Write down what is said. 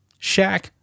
Shaq